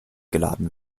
geladen